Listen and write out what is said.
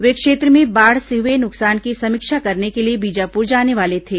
वे क्षेत्र में बाढ़ से हुए नुकसान की समीक्षा करने के लिए बीजापुर जाने वाले थे